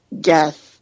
death